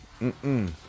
Mm-mm